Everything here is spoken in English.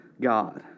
God